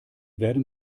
werden